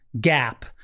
Gap